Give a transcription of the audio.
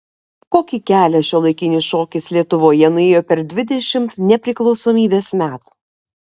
kokį kelią šiuolaikinis šokis lietuvoje nuėjo per dvidešimt nepriklausomybės metų